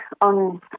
on